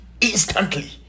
instantly